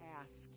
ask